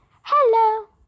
Hello